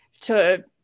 to-